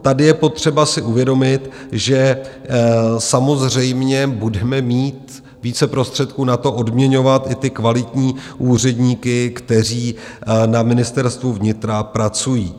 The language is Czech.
Tady je potřeba si uvědomit, že samozřejmě budeme mít více prostředků na to, odměňovat i ty kvalitní úředníky, kteří na Ministerstvu vnitra pracují.